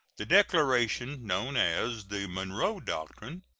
the declaration known as the monroe doctrine,